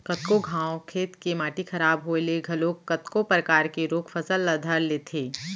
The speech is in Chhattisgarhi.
कतको घांव खेत के माटी खराब होय ले घलोक कतको परकार के रोग फसल ल धर लेथे